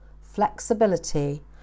flexibility